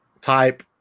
type